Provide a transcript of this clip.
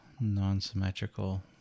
non-symmetrical